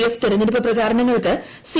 F തെരഞ്ഞെടുപ്പ് പ്രചാരണങ്ങൾക്ക് C